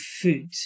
food